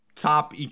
top